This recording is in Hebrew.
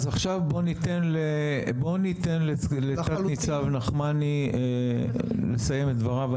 אז עכשיו בוא ניתן לתת-ניצב נחמני לסיים את דבריו.